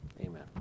amen